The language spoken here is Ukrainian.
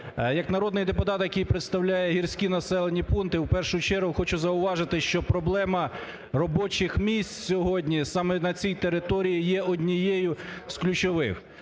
Як народний депутат, який представляє гірські населені пункти, в першу чергу хочу зауважити, що проблема робочих міст сьогодні саме на цій території є однією з ключових.